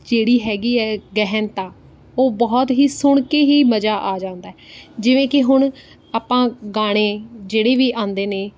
ਜਿਹੜੀ ਹੈਗੀ ਹੈ ਗਹਿਨਤਾ ਉਹ ਬਹੁਤ ਹੀ ਸੁਣ ਕੇ ਹੀ ਮਜ਼ਾ ਆ ਜਾਂਦਾ ਜਿਵੇਂ ਕਿ ਹੁਣ ਆਪਾਂ ਗਾਣੇ ਜਿਹੜੇ ਵੀ ਆਉਂਦੇ ਨੇ